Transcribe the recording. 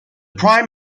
prime